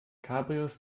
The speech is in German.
cabrios